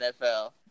NFL